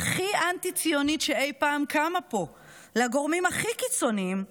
הכי אנטי-ציונית שאי פעם קמה פה לגורמים אחרים הכי קיצוניים,